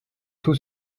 tout